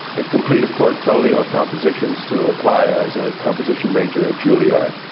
ah complete a portfolio of compositions to apply as a composition major at juilliard.